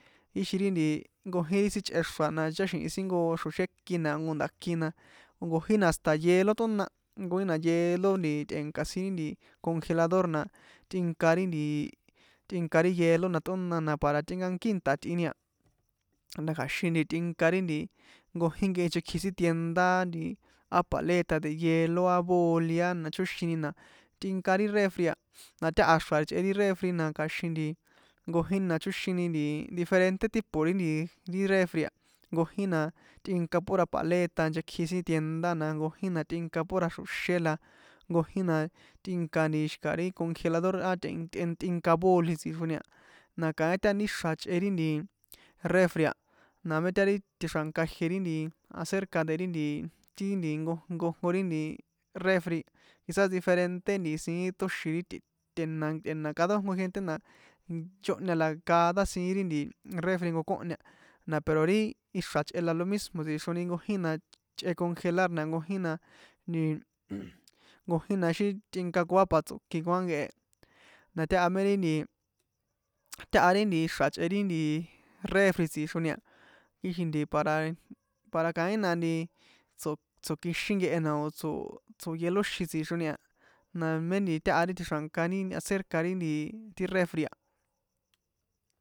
Ixi ri nti nkojin ri sin chꞌe xra̱ na ticháxi̱hin sin ijnko xro̱xé ikin na jnko nda̱ kin na jnkojín na hasta hielo tꞌóna nkojin na hielo tꞌe̱nka sin nti congelador na tꞌinka ri nti tꞌinka ri hielo na tꞌóna na para tꞌinkankí inta itꞌini a na kja̱xin tꞌinka nkojín ri nkehe nchekji sin tienda nti á paleta de hielo a boli a na chóxini na tꞌinka ri refri a na táha xra̱ chꞌe ri refri a na kja̱xin nkojina na chóxini diferente tipo ri refri a nkojin na tꞌinka pura paleta nchekji sin tienda na nkojin na tꞌinka pura axro̱xé na nkojina tꞌinka ri congelador a tꞌenk tꞌink tꞌinka boli tsixroni a na kaín taha ri xra̱ chꞌe ri refri a na é taha ri tjenxra̱nka ijie ri acerca de ri nti ti nti jnkojko ri nti refri quizás diferente siín tóxin ri ten tꞌe̱na cada nkojnko gente la nchóhña la cada siín ri nti refri nkokóhña na pero ri ixra̱ chꞌe la lo mismo tsixroni nkojin na chꞌe cogelar na nkojin na nti nkojin na ixi tꞌínakuá pa tsokinkua nkehe na taha me ri nti taha ri ixra̱ ichꞌe ri refri tsixroni a kixin nti para para kapin na nti tso̱ tso̱kixín nkehe na o̱ tsoo tso̱hielóxin tsixroni a na mé taha ri tjenxra̱nka ri acerca ri refri a.